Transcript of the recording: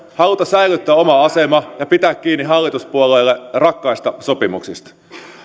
halulta säilyttää oma asema ja pitää kiinni hallituspuolueille rakkaista sopimuksista